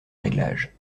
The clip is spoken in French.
réglages